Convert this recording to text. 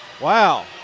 Wow